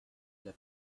the